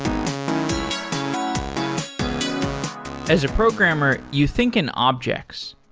as a programmer, you think in objects.